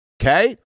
okay